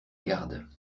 garde